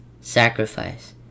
sacrifice